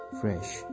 fresh